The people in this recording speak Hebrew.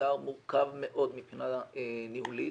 אתגר מורכב מאוד מבחינה ניהולית.